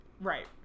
Right